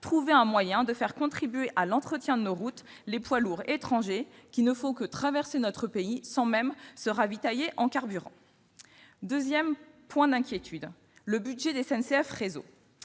trouver un moyen de faire contribuer à l'entretien de nos routes les poids lourds étrangers qui ne font que traverser notre pays, sans même s'y ravitailler en carburant. Notre deuxième point d'inquiétude est le budget de SNCF Réseau.